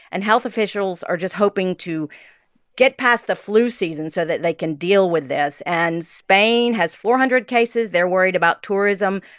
and health officials are just hoping to get past the flu season so that they can deal with this. and spain has four hundred cases. they're worried about tourism.